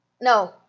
no